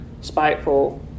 spiteful